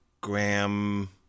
Graham